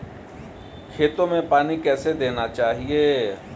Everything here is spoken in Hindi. खेतों में पानी कैसे देना चाहिए?